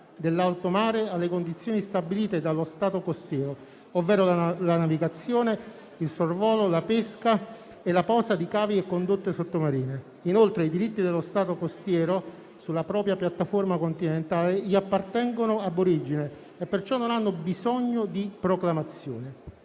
dell'alto mare alle condizioni stabilite dallo Stato costiero, ovvero la navigazione, il sorvolo, la pesca e la posa di cavi e condotte sottomarine. Inoltre, i diritti dello Stato costiero sulla propria piattaforma continentale gli appartengono *ab origine* e, perciò, non hanno bisogno di proclamazione.